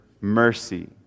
mercy